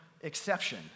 exception